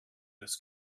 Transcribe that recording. this